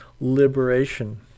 liberation